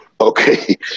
Okay